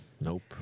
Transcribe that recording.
Nope